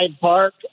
Park